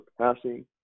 passing